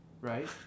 right